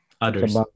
others